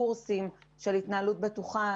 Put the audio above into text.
קורסים של התנהלות בטוחה,